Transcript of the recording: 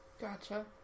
Gotcha